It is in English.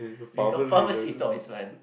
become pharmacy toys man